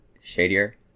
shadier